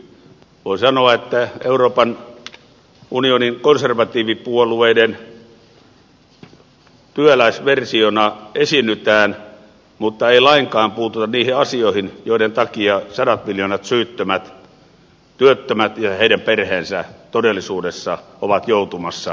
voi sanoa että euroopan unionin konservatiivipuolueiden työläisversiona esiinnytään mutta ei lainkaan puututa niihin asioihin joiden takia sadat miljoonat syyttömät työttömät ja heidän perheensä todellisuudessa ovat joutumassa pahimpaan paikkaan